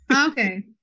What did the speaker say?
okay